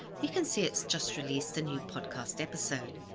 we can see it's just released a new podcast episode.